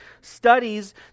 studies